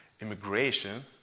immigration